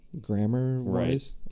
grammar-wise